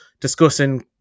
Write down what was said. discussing